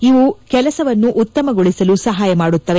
ಇವು ಕೆಲಸವನ್ನು ಉತ್ತಮಗೊಳಿಸಲು ಸಹಾಯ ಮಾಡುತ್ತವೆ